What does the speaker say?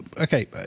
okay